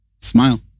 Smile